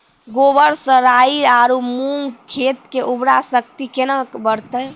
गोबर से राई आरु मूंग खेत के उर्वरा शक्ति केना बढते?